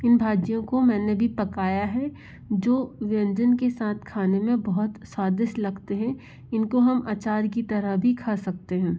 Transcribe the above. इन भाजियों को मैंने भी पकाया है जो व्यंजन के साथ खाने में बहुत स्वादिष्ट लगते हैं इनको हम अचार की तरह भी खा सकते हैं